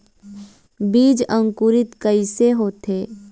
बीज अंकुरित कैसे होथे?